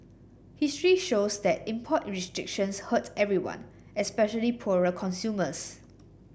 history shows that import restrictions hurt everyone especially poorer consumers